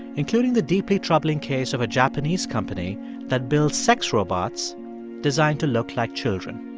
including the deeply troubling case of a japanese company that builds sex robots designed to look like children.